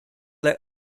they